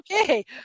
Okay